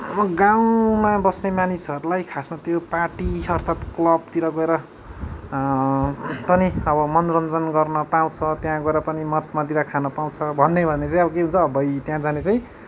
अब गाउँमा बस्ने मानिसहरूलाई खासमा त्यो पार्टी अर्थात क्लबतिर गएर पनि मनोरञ्जन गर्न पाउँछ त्यहाँ गएर पनि मदिरा खान पाउँछ भन्ने हो भने चाहिँ के हुन्छ अब त्यहाँ जाने चाहिँ